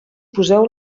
poseu